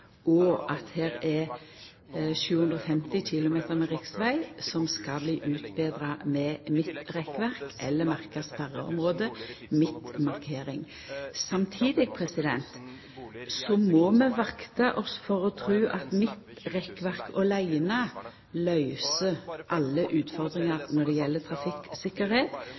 og at det er 750 km med riksveg som skal bli utbetra med midtrekkverk eller merkte sperreområde/midtmarkering. Samtidig må vi vakta oss for å tru at midtrekkverk åleine løyser alle utfordringane når det